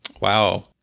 Wow